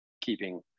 keeping